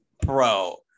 bro